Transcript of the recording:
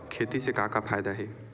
खेती से का का फ़ायदा हे?